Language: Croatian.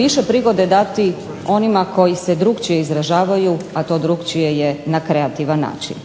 više prigode dati onima koji se drugačije izražavaju, a to drukčije je na kreativan način.